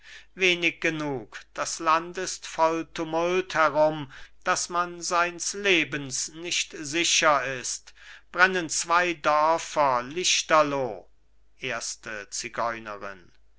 wenig genug das land ist voll tumult herum daß man seins lebens nicht sicher ist brennen zwei dörfer lichterloh erste zigeunerin